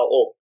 off